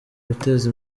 guteza